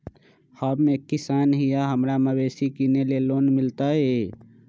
हम एक किसान हिए हमरा मवेसी किनैले लोन मिलतै?